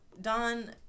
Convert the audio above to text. Don